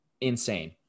insane